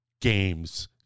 games